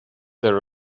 there